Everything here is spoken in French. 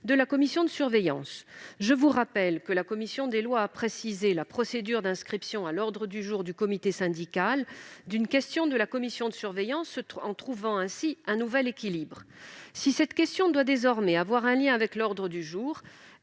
de la commission de surveillance. La commission des lois a précisé la procédure d'inscription à l'ordre du jour du comité syndical d'une question de la commission de surveillance en trouvant ainsi un nouvel équilibre. Si cette question doit avoir un lien avec l'ordre du jour,